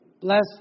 bless